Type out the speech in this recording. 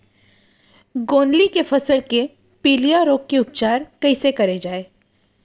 गोंदली के फसल के पिलिया रोग के उपचार कइसे करे जाये?